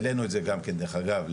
העלינו את זה גם כן דרך אגב.